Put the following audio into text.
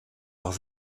auch